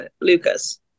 Lucas